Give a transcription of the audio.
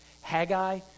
Haggai